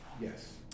Yes